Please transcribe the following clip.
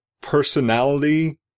personality